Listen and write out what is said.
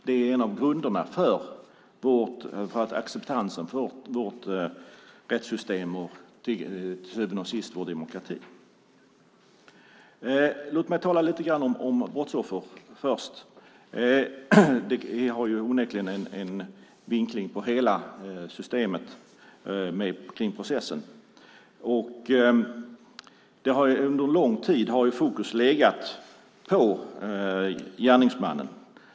Det är grunden för acceptansen av vårt rättssystem och till syvende och sist vår demokrati. Låt mig säga något om brottsoffer först. Det har onekligen att göra med hela systemet kring processen. Under lång tid har fokus legat på gärningsmannen.